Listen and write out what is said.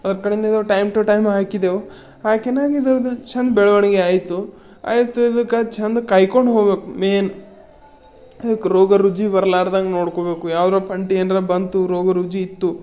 ಅದ್ರ ಕಡೆಯಿಂದ ಇದು ಟೈಮ್ ಟು ಟೈಮ್ ಹಾಕಿದ್ದೆವು ಹಾಕಿದಾಗ ಇದ್ರದ್ದು ಚೆಂದ ಬೆಳವಣಿಗೆ ಆಯಿತು ಆಯಿತು ಇದಕ್ಕೆ ಚೆಂದ ಕಾಯ್ಕೊಂಡು ಹೋಗ್ಬೇಕು ಮೇನ್ ಅದಕ್ಕೆ ರೋಗ ರುಜಿ ಬರ್ಲಾದಂಗ ನೋಡ್ಕೊಳ್ಬೇಕು ಯಾವುದೋ ಪಂಟಿ ಏನಾರ ಬಂತು ರೋಗ ರುಜಿನ ಇತ್ತು